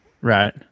Right